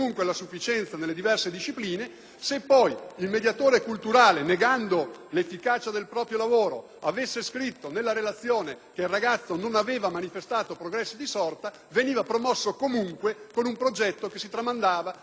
Se poi il mediatore culturale, negando l'efficacia del proprio lavoro, avesse scritto nella relazione che il ragazzo non aveva manifestato progressi di sorta, veniva promosso comunque con un progetto che veniva trasmesso per l'anno successivo.